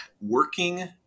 working